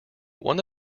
one